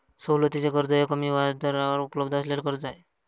सवलतीचे कर्ज हे कमी व्याजदरावर उपलब्ध असलेले कर्ज आहे